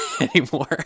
anymore